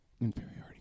Inferiority